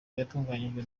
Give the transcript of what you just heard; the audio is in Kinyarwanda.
yatunganyijwe